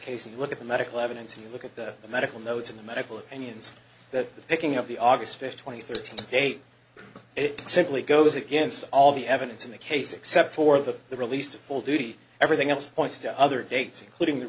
and look at the medical evidence and you look at the medical notes of the medical opinions that the picking of the obvious fish twenty thirty eight it simply goes against all the evidence in the case except for the the released a full duty everything else points to other dates including the